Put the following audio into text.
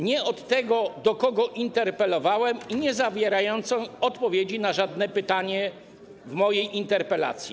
Nie od tego, do kogo interpelowałem, i niezawierającą odpowiedzi na żadne pytanie w mojej interpelacji.